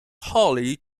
holly